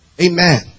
Amen